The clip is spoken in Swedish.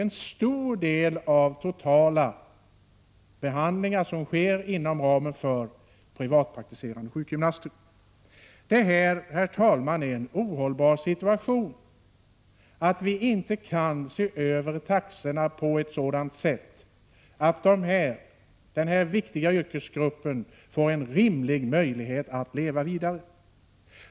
En stor del av de totala antalet behandlingar utförs alltså av privatpraktiserande sjukgymnaster. Det ar en ohållbar situation att vi inte kan se över taxorna så att denna viktiga yrkesgrupp får en rimlig möjlighet att leva vidare.